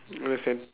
understand